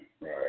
right